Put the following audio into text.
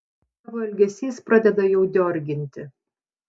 tavo elgesys pradeda jau diorginti